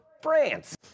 France